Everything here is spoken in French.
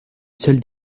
seul